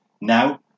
Now